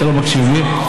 אתה לא מקשיב לי,